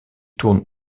tourne